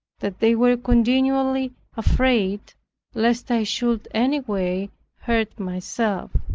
that they were continually afraid lest i should any way hurt myself.